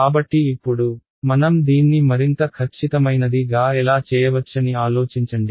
కాబట్టి ఇప్పుడు మనం దీన్ని మరింత ఖచ్చితమైనది గా ఎలా చేయవచ్చని ఆలోచించండి